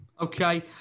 Okay